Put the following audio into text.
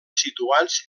situats